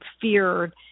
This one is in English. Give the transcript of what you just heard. feared